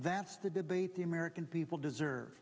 that's the did the the american people deserve